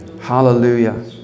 Hallelujah